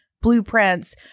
blueprints